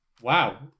Wow